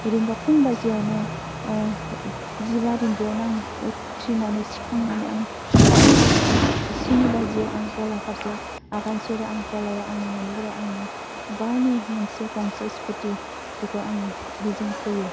रिंगा फुं बाजियावनो जिबा रिंगायावनो आं उथ्रिनानै सिखांनानै आं आरो एस एस सिनि बाजियाव आं गला फारसे आगान सुरो आं गलायाव आंनि ननिफ्राय आंनि गावनि मोनसे गंसे स्कुटि बेखौ आं बिजों फैयो